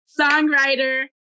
songwriter